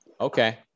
Okay